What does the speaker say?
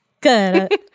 Good